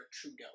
Trudeau